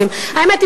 האמת,